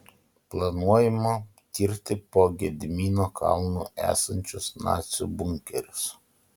planuojama tirti po gedimino kalnu esančius nacių bunkerius